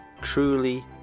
truly